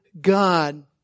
God